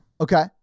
Okay